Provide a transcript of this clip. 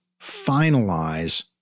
finalize